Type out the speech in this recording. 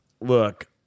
Look